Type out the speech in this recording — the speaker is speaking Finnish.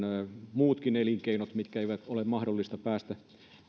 muutkin elinkeinot kuten maatilamatkailutilatkin joiden ei ole mahdollista päästä